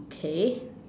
okay